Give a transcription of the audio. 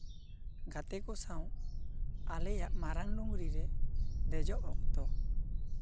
ᱜᱟᱛᱮ ᱠᱚ ᱥᱟᱶ ᱟᱞᱮᱭᱟᱜ ᱢᱟᱨᱟᱝ ᱰᱩᱝᱨᱤ ᱨᱮ ᱫᱮᱡᱚᱜ ᱚᱠᱛᱚ